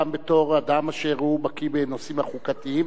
גם בתור אדם אשר הוא בקי בנושאם החוקתיים,